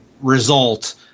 result